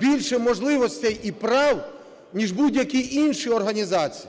більше можливостей і прав, ніж будь-які інші організації.